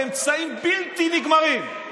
באמצעים בלתי נגמרים,